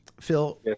Phil